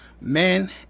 men